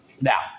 Now